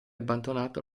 abbandonato